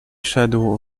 szedł